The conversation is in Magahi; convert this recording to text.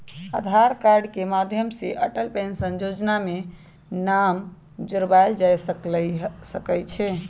आधार कार्ड के माध्यम से अटल पेंशन जोजना में नाम जोरबायल जा सकइ छै